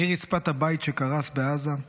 מרצפת הבית שקרס בעזה,